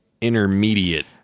intermediate